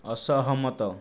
ଅସହମତ